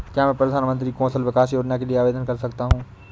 क्या मैं प्रधानमंत्री कौशल विकास योजना के लिए आवेदन कर सकता हूँ?